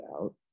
out